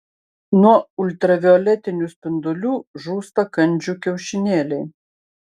nuo ultravioletinių spindulių žūsta kandžių kiaušinėliai